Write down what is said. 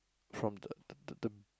from